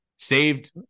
saved